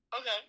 Okay